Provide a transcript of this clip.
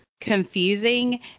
confusing